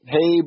Hey